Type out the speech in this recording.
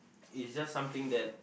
is just something that